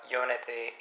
unity